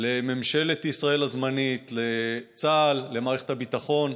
לממשלת ישראל הזמנית, לצה"ל, למערכת הביטחון,